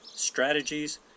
strategies